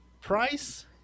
price